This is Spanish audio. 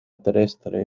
terrestre